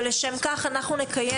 ולשם אנחנו נקיים,